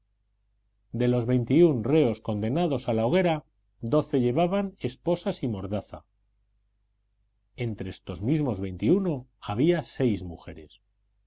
de los veintiún reos condenados a la hoguera doce llevaban esposas y mordaza entre estos mismos veintiuno había seis mujeres